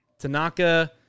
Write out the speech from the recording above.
Tanaka